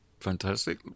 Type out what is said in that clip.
fantastic